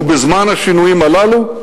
ובזמן השינויים הללו,